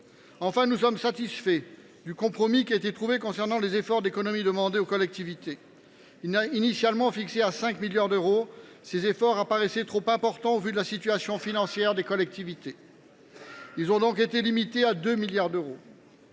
Enfin, nous sommes satisfaits du compromis qui a été trouvé concernant les efforts d’économies demandés aux collectivités. Initialement fixés à 5 milliards d’euros, ces efforts paraissaient trop importants au vu de la situation financière des collectivités. Ils ont donc été limités à 2 milliards d’euros,